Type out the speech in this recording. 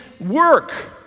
work